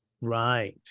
Right